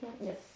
yes